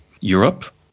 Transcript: Europe